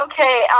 Okay